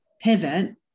pivot